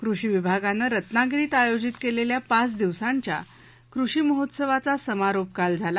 कृषी विभागानं रत्नागिरीत आयोजित केलेल्या पाच दिवसांच्या कृषी महोत्सवाचा समारोप काल झाला